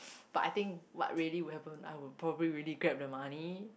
but I think what really will happen I would probably really grab the money